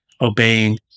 obeying